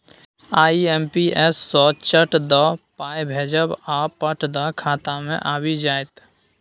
IMPS सँ चट दअ पाय भेजब आ पट दअ खाता मे आबि जाएत